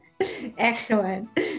Excellent